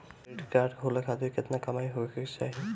Credit card खोले खातिर केतना कमाई होखे के चाही?